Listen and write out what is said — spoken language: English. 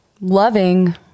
loving